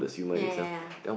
ya ya ya